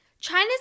China's